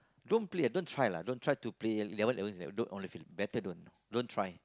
don't play ah don't try lah don't try to play eleven against eleven don't on the field better don't don't try